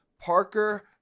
Parker